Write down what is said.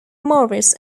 morris